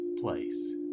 place